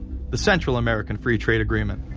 the central american free trade agreement,